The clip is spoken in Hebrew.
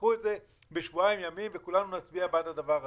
תדחו את זה בשבועיים ימים וכולנו נצביע בעד הדבר הזה.